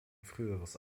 früheres